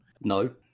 No